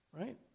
right